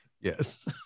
Yes